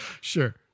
Sure